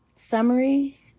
Summary